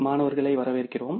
மாணவர்களை வரவேற்கிறோம்